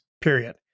Period